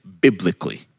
biblically